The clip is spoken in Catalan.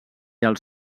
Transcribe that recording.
els